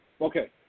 okay